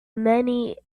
many